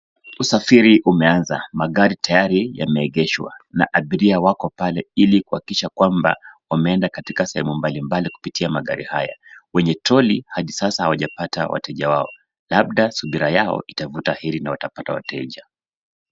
Usafiri umeanza, magari tayari yameegeshwa na abiria wako pale ili kuhakikisha kwamba wameenda katika masehemu mbalimbali kupitia magri haya. Wenye troli, hadi sasa hawajapata wateja wao, labda subira yao itavuta heri na watapata wateja.